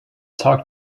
talk